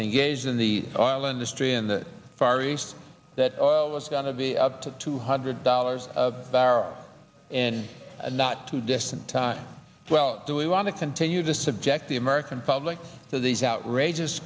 engaged in the oil industry in the far east that oil was gonna be up to two hundred dollars a barrel in a not too distant time well do we want to continue to subject the american public to these outrageous